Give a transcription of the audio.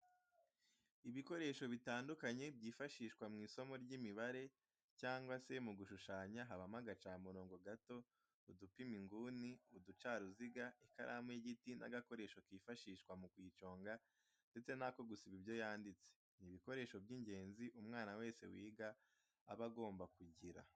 Ibikoresho bitandukanye byifashishwa mu isomo ry'imibare cyangwa se mu gushushanya habamo agacamurongo gato, udupima inguni, uducaruziga, ikaramu y'igiti n'agakoresho kifashishwa mu kuyiconga ndetse n'ako gusiba ibyo yanditse, ni ibikoresho by'ingenzi umwana wese wiga aba agomba kugira.